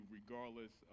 regardless